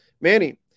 Manny